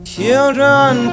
Children